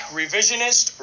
revisionist